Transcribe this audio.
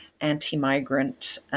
anti-migrant